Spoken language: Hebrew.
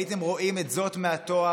הייתם רואים את זאת מהתואר,